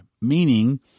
Meaning